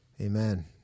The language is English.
Amen